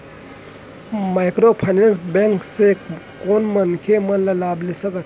Microfinance bank से कोन मनखे मन लाभ ले सकथे?